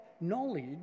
knowledge